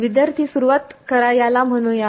विद्यार्थी सुरुवात करा याला म्हणूया